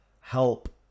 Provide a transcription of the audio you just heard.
help